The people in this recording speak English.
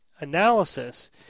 analysis